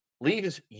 leaves